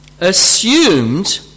assumed